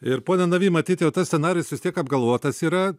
ir pone navy matyt jau tas scenarijus vis tiek apgalvotas yra